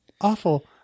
awful